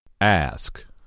Ask